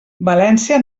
valència